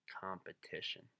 competition